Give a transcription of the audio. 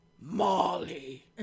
Molly